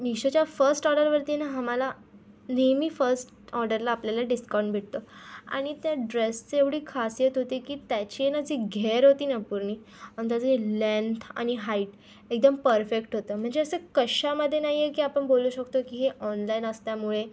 मिशोच्या first ऑर्डरवरती आहे ना आम्हाला नेहमी फस्ट ऑर्डरला आपल्याला डिस्काउंट भेटतो आणि त्या ड्रेसची एवढी खासियत होती की त्याची आहे ना जी घेर होती ना पूर्ण आणि त्याची लेन्थ आणि हाईट एकदम परफेक्ट होतं म्हणजे असं कशामध्ये नाही आहे की आपण बोलू शकतो की हे ऑनलाईन असल्यामुळे